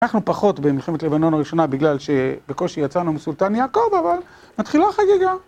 אנחנו פחות במלחמת לבנון הראשונה בגלל שבקושי יצאנו מסולטן יעקב, אבל מתחילה חגיגה.